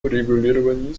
урегулировании